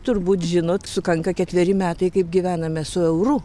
turbūt žinot sukanka ketveri metai kaip gyvename su euru